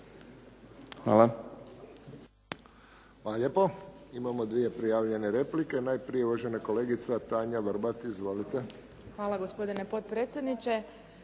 Hvala.